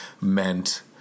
meant